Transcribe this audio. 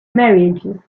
marriages